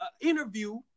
interview